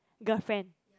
girlfriend